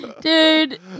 Dude